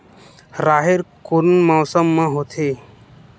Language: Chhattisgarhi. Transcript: राहेर कोन मौसम मा होथे?